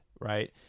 right